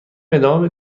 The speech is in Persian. ادامه